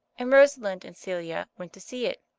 and rosalind and celia went to see it.